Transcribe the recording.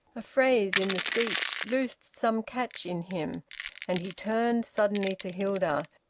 a phrase in the speech loosed some catch in him and he turned suddenly to hilda,